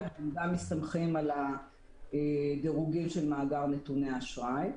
ורובם מסתמכים על הדירוגים של מאגר נתוני האשראי.